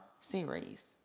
series